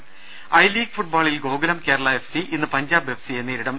ദേദ I League ഫുട്ബോളിൽ Gokulam Kerala F C ഇന്ന് പഞ്ചാബ് എഫ് സിയെ നേരിടും